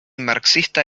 marxista